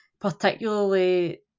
particularly